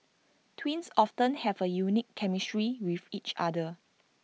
twins often have A unique chemistry with each other